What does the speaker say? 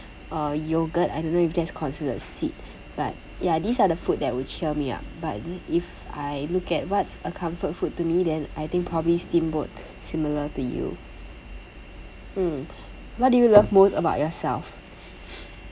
uh yogurt I don't know if that's considered sweet but ya these are the food that would cheer me up but if I look at what's a comfort food to me then I think probably steamboat similar to you mm what do you love most about yourself